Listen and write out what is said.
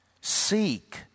Seek